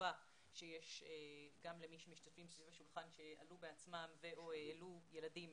ולחובה שיש גם למי שמשתתפים סביב השולחן שעלו בעצמם ו/או העלו ילדים